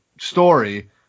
story